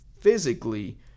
physically